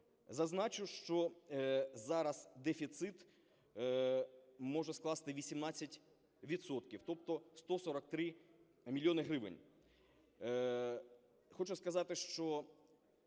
Зазначу, що зараз дефіцит може скласти 18 відсотків, тобто 143 мільйони гривень. Хочу сказати, що